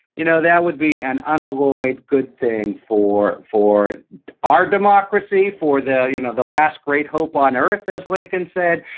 you know, that would be an unalloyed good thing for for our democracy, for the, you know, the last great hope on earth as lincoln said,